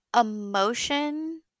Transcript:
Emotion